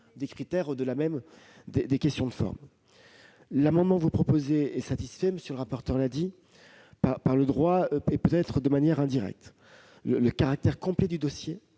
des critères au-delà même des questions de forme. L'amendement proposé est satisfait- M. le rapporteur l'a dit -par le droit et peut-être de manière indirecte. Le caractère complet du dossier